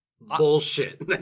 Bullshit